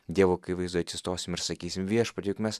dievo akivaizdoj atsistosim ir sakysim viešpatie juk mes